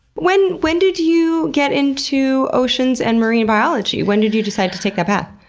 when when did you get into oceans and marine biology? when did you decide to take that path?